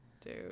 dude